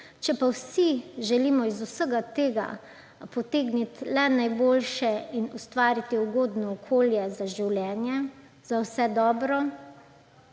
Če pa vsi želimo iz vsega tega potegniti le najboljše in ustvariti ugodno okolje za življenje, za vse dobro,